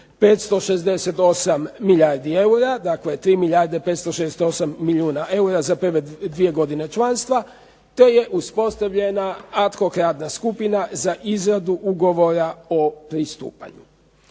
3,568 milijardi eura, dakle 3 milijarde 568 milijuna eura za prve dvije godine članstva, te je uspostavljena ad hoc radna skupina za izradu ugovora o pristupanju.